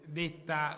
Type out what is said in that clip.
detta